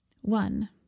One